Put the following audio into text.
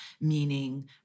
meaning